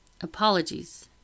Apologies